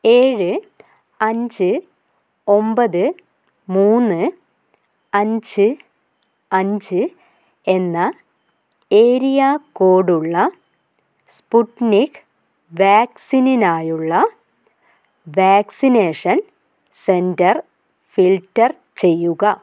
ഏഴ് അഞ്ച് ഒമ്പത് മൂന്ന് അഞ്ച് അഞ്ച് എന്ന ഏരിയ കോഡ് ഉള്ള സ്പുട്നിക് വാക്സിനിനായുള്ള വാക്സിനേഷൻ സെൻറ്റർ ഫിൽട്ടർ ചെയ്യുക